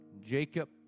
Jacob